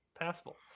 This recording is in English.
passable